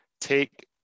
take